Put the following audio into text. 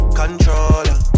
controller